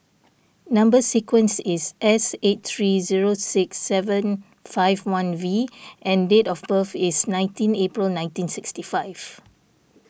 Number Sequence is S eight three zero six seven five one V and date of birth is nineteen April nineteen sixty five